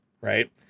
Right